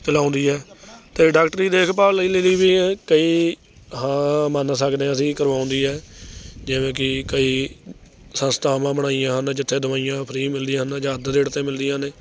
ਚਲਾਉਂਦੀ ਹੈ ਅਤੇ ਡਾਕਟਰੀ ਦੇਖਭਾਲ ਵੀ ਇਹ ਕਿ ਹਾਂ ਮੰਨ ਸਕਦੇ ਹਾਂ ਅਸੀਂ ਕਰਵਾਉਂਦੀ ਹੈ ਜਿਵੇਂ ਕਿ ਕਈ ਸੰਸਥਾਵਾਂ ਬਣਾਈਆਂ ਹਨ ਜਿੱਥੇ ਦਵਾਈਆਂ ਫਰੀ ਮਿਲਦੀਆਂ ਹਨ ਜਾਂ ਅੱਧ ਰੇਟ 'ਤੇ ਮਿਲਦੀਆਂ ਨੇ